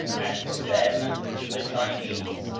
and from them to the chinese,